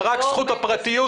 אלא רק לזכות הפרטיות.